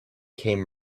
came